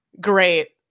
great